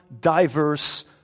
diverse